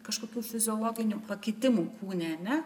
kažkokių fiziologinių pakitimų kūne ane